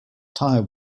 tyre